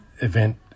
event